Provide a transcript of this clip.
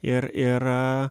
ir ir